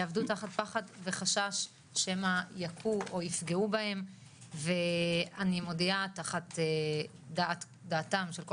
יעבדו תחת פחד וחשש שמא יכו או יפגעו בהם ואני מודיעה תחת דעתם של כל